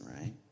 right